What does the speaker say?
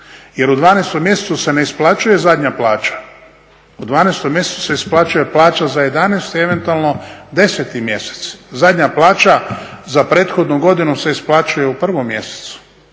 Jer u 12 mjesecu se ne isplaćuje zadnja plaća. U 12 mjesecu se isplaćuje plaća za 11, eventualno 10 mjesec. Zadnja plaća za prethodnu godinu se isplaćuje u prvom mjesecu,